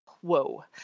whoa